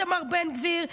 איתמר בן גביר,